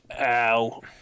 Ow